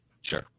Sure